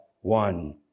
one